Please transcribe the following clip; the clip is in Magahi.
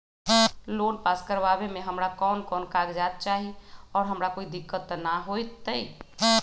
लोन पास करवावे में हमरा कौन कौन कागजात चाही और हमरा कोई दिक्कत त ना होतई?